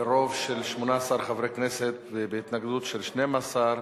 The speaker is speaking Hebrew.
ברוב של 18 חברי כנסת, בהתנגדות של 12,